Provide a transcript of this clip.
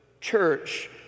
church